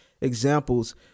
examples